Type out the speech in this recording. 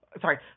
Sorry